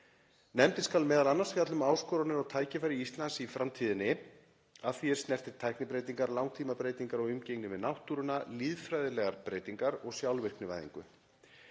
„Nefndin skal m.a. fjalla um áskoranir og tækifæri Íslands í framtíðinni að því er snertir tæknibreytingar, langtímabreytingar á umgengni við náttúruna, lýðfræðilegar breytingar og sjálfvirknivæðingu.“